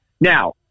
Now